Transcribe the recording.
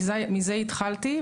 מזה התחלתי,